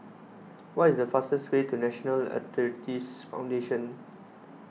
what is the fastest way to National Arthritis Foundation